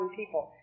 people